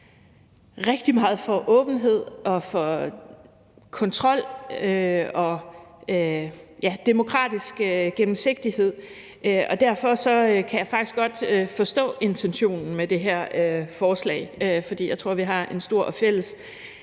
rigtig meget for åbenhed, kontrol og demokratisk gennemsigtighed, og derfor kan jeg faktisk godt forstå intentionen med det her forslag. For jeg tror, at vi har en stor og fælles